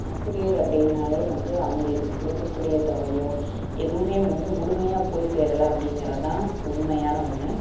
ஆசிரியர் அப்படினாலே வந்து அவங்களுக்குக் கொடுக்கக்கூடிய தொகையோ எதுவுமே வந்து முழுமையாக போய் சேரலை அப்படிங்கறதான் உண்மையான ஒன்று